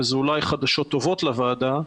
וזה אולי חדשות טובות לוועדה,